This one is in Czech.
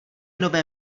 nové